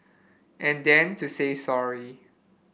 and then to say sorry